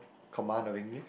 command of English